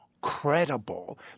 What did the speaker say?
credible